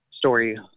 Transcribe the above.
story